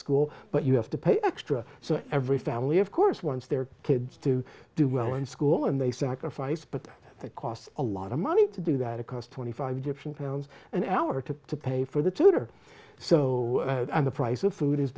school but you have to pay extra so every family of course once their kids to do well in school and they sacrifice but that costs a lot of money to do that across twenty five different towns an hour to pay for the tutor so the price of food